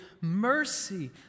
mercy